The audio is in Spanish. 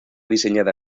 diseñada